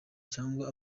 cyangwa